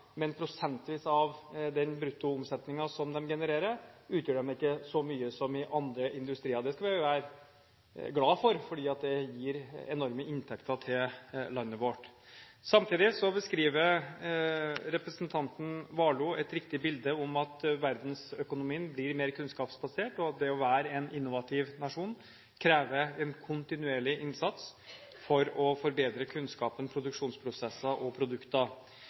men prosentvis av den bruttoomsetningen de genererer, utgjør de ikke så mye som i andre industrier. Det skal vi være glade for, for det gir enorme inntekter til landet vårt. Samtidig beskriver representanten Warloe et riktig bilde av at verdensøkonomien blir mer kunnskapsbasert, og at det å være en innovativ nasjon krever en kontinuerlig innsats for å forbedre kunnskapen, produksjonsprosessene og